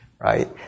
right